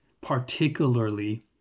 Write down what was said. particularly